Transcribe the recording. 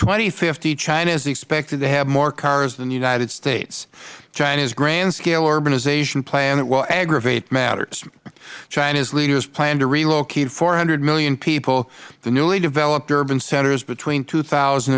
and fifty china is expected to have more cars than the united states china's grand scale urbanization plan will aggravate matters china's leaders plan to relocate four hundred million people the newly developed urban centers between two thousand